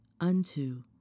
unto